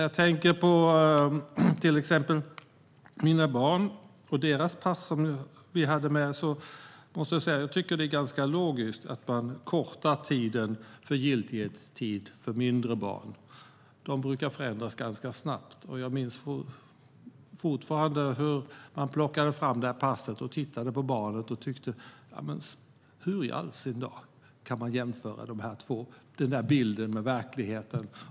Jag tänker till exempel på mina barn och på deras pass. Jag måste säga att jag tycker att det är ganska logiskt att man kortar giltighetstiden för pass för mindre barn. De brukar förändras ganska snabbt. Jag minns fortfarande hur man plockade fram passet och tittade på barnet och tänkte: Hur i all sin dar kan man jämföra de här två - bilden med verkligheten?